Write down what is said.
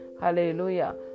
Hallelujah